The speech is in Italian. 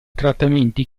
trattamenti